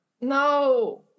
No